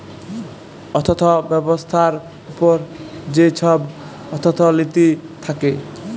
অথ্থ ব্যবস্থার উপর যে ছব অথ্থলিতি থ্যাকে